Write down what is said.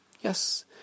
Yes